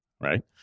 right